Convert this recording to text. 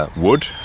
ah wood